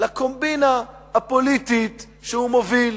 לקומבינה הפוליטית שהוא מוביל,